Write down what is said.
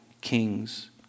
kings